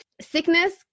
sickness